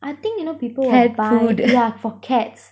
I think you know people will buy yeah for cats